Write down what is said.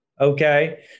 Okay